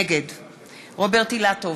נגד רוברט אילטוב,